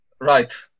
Right